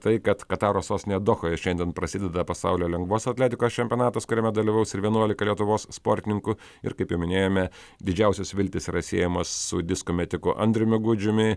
tai kad kataro sostinėje dohoje šiandien prasideda pasaulio lengvos atletikos čempionatas kuriame dalyvaus ir vienuolika lietuvos sportininkų ir kaip jau minėjome didžiausios viltys yra siejamos su disko metiku andriumi gudžiumi